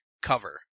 cover